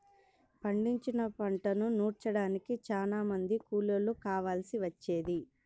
పండించిన పంటను నూర్చడానికి చానా మంది కూలోళ్ళు కావాల్సి వచ్చేది